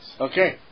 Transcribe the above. Okay